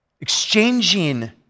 Exchanging